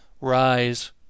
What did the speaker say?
Rise